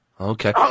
Okay